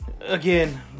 Again